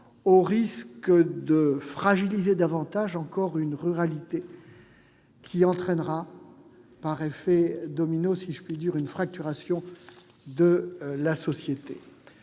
au risque de fragiliser encore davantage la ruralité, ce qui entraînera par « effet domino », si je puis dire, une fracturation de la société